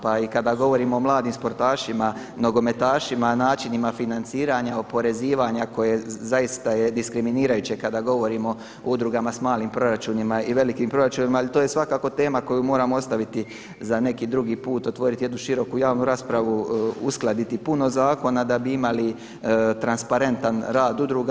Pa i kada govorimo o mladim sportašima, nogometašima, načinima financiranja, oporezivanja koje zaista je diskriminirajuće kada govorimo o udrugama s malim proračunima i velikim proračunima ali to je svakako tema koju moramo ostaviti za neki drugi put, otvoriti jednu široku javnu raspravu, uskladiti puno zakona da bi imali transparentan rad udruga.